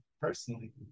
personally